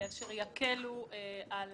אשר יקלו על